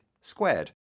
squared